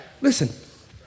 Listen